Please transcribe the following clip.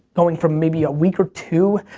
going from maybe a week or two,